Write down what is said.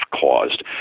caused